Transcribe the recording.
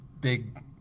Big